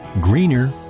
greener